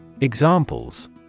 Examples